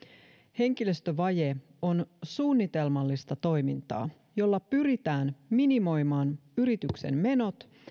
henkilöstövaje on suunnitelmallista toimintaa jolla pyritään minimoimaan yrityksen menot